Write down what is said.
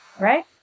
right